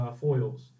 foils